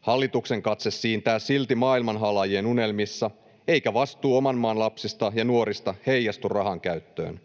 Hallituksen katse siintää silti maailmanhalaajien unelmissa, eikä vastuu oman maan lapsista ja nuorista heijastu rahankäyttöön.